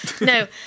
No